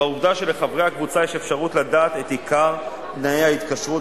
והעובדה שלחברי הקבוצה יש אפשרות לדעת את עיקר תנאי ההתקשרות